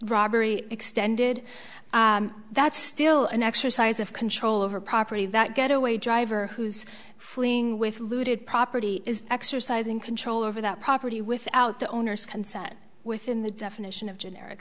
robbery extended that's still an exercise of control over property that getaway driver who's fleeing with looted property is exercising control over that property without the owner's consent within the definition of generic